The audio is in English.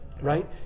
right